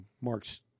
Mark's